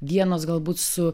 vienos galbūt su